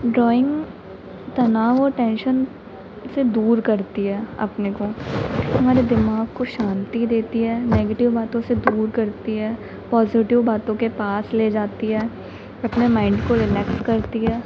drawing तनाव और tension से दूर करती है अपने को हमारे दिमाग को शांति देती है नेगेटिव बातों से दूर करती है पॉजिटिव बातों के पास ले जाती है अपने माइंड को रिलैक्स करती है